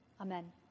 Amen